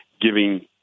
giving